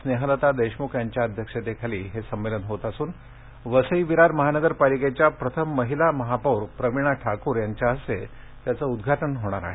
स्नेहलता देशमुख यांच्या अध्यक्षतेखाली हे संमेलन होत असून वसई विरार महानगरपालिकेच्या प्रथम महिला महापौर प्रविणा ठाक्र यांच्या हस्ते त्याचं उदघाटन होणार आहे